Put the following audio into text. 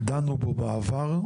דנו בו בעבר.